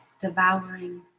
devouring